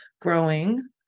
growing